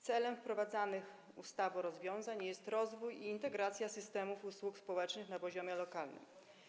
Celem wprowadzanych ustawą rozwiązań jest rozwój i integracja systemów usług społecznych na poziomie lokalnym.